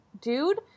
dude